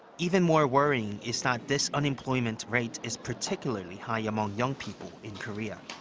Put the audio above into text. even more worrying is that this unemployment rate is particularly high among young people in korea.